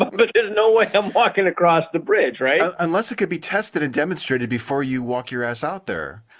but there's no way i'm walking across the bridge! right? right? unless it could be tested and demonstrated before you walk your ass out there.